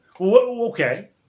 Okay